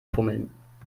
fummeln